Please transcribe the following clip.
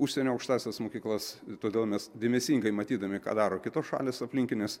užsienio aukštąsias mokyklas todėl mes dėmesingai matydami ką daro kitos šalys aplinkinės